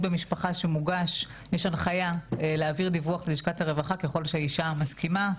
במשפחה שמוגש יש הנחיה להעביר דיווח ללשכת הרווחה ככל שהאישה מסכימה,